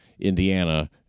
Indiana